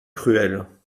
cruelle